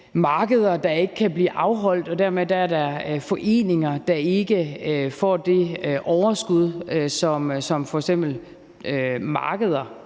markeder, der ikke kan blive afholdt, og dermed er der foreninger, der ikke får det overskud, som markeder,